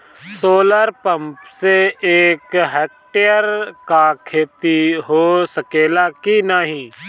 Solar pump से एक hectare क खेती हो सकेला की नाहीं?